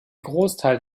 großteil